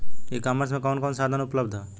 ई कॉमर्स में कवन कवन साधन उपलब्ध ह?